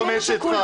לא מצדך.